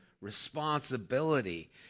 responsibility